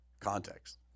context